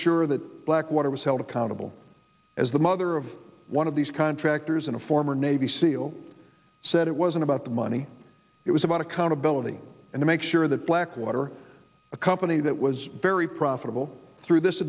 sure that blackwater was held accountable as the mother of one of these contractors and a former navy seal said it wasn't about the money it was about accountability and make sure that blackwater a company that was very profitable through this